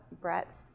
Brett